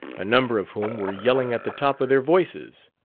a number of whom were yelling at the top of their voices,